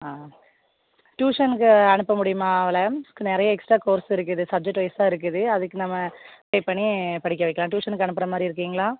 ஆ டியூஷனுக்கு அனுப்ப முடியுமா அவளை நிறைய எக்ஸ்ட்ரா கோர்ஸ் இருக்குது சப்ஜெக்ட்வைஸ்ஸாக இருக்குது அதுக்கு நம்ம பே பண்ணி படிக்க வைக்கலாம் டியூஷனுக்கு அனுப்புகிற மாதிரி இருக்கீங்களா